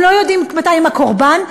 הם לא יודעים מתי הם הקורבן,